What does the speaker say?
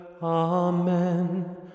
Amen